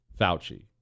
Fauci